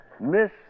Miss